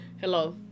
Hello